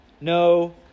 no